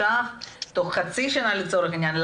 תוך חצי שנה לצורך העניין,